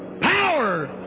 power